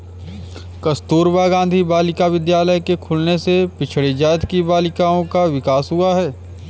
कस्तूरबा गाँधी बालिका विद्यालय के खुलने से पिछड़ी जाति की बालिकाओं का विकास हुआ है